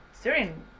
Syrian